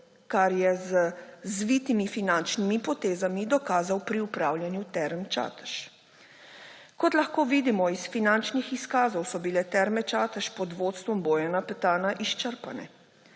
kar je z zvitimi finančnimi potezami dokazal pri upravljanju Term Čatež. Kot lahko vidimo iz finančnih izkazov, so bile Terme Čatež pod vodstvom Bojana Petana izčrpane,